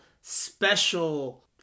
special